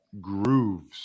grooves